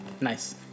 Nice